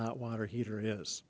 hot water heater is